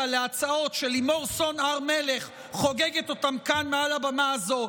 על ההצעות שלימור סון הר מלך חוגגת כאן מעל הבמה הזו,